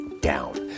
down